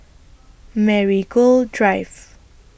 Marigold Drive